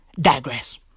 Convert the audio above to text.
digress